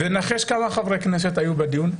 נחש כמה חברי כנסת היו בדיון?